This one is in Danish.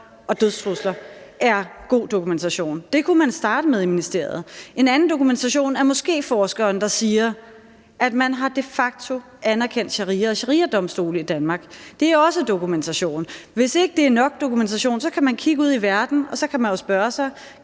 og død, er god dokumentation. Det kunne man starte med i ministeriet. En anden dokumentation er moskéforskeren, der siger, at man de facto har anerkendt sharia og shariadomstole i Danmark. Det er også dokumentation. Hvis ikke det er nok dokumentation, kan man kigge ud i verden og spørge sig